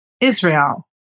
Israel